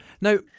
Now